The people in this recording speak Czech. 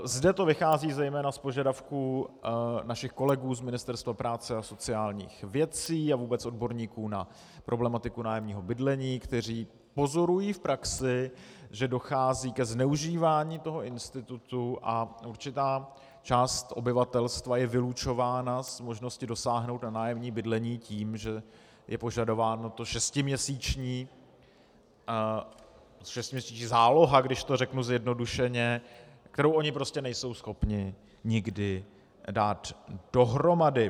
Zde to vychází zejména z požadavků našich kolegů z Ministerstva práce a sociálních věcí a vůbec odborníků na problematiku nájemního bydlení, kteří pozorují v praxi, že dochází ke zneužívání institutu a určitá část obyvatelstva je vylučována z možnosti dosáhnout na nájemní bydlení tím, že je požadována šestiměsíční záloha, když to řeknu zjednodušeně, kterou oni prostě nejsou schopni nikdy dát dohromady.